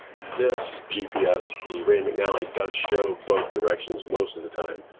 this gps, the rand mcnally, does show both directions most of the time.